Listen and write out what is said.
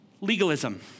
Legalism